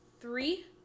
three